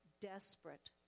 desperate